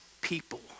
people